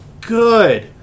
good